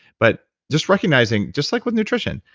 but just recognizing, just like with nutrition.